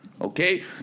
Okay